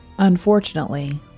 Unfortunately